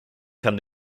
kann